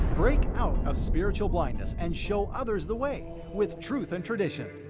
break out of spiritual blindness, and show others the way with truth and tradition.